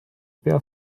pea